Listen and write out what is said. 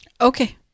Okay